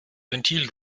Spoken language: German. ventil